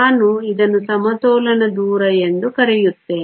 ನಾನು ಇದನ್ನು ಸಮತೋಲನ ದೂರ ಎಂದು ಕರೆಯುತ್ತೇನೆ